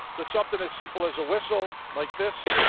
but something as simple as a whistle, like this,